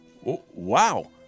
Wow